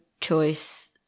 choice